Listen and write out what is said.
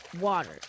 water